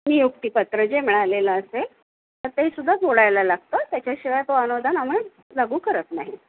नियुक्तीपत्र जे मिळालेलं असेल तर ते सुद्धा जोडायला लागतं त्याच्याशिवाय तो अनुदान आम्ही लागू करत नाही